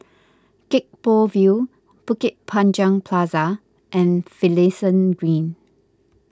Gek Poh Ville Bukit Panjang Plaza and Finlayson Green